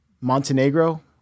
Montenegro